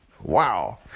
Wow